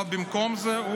אבל במקום זה,